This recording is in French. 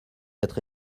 être